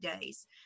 days